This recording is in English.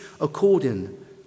according